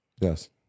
Yes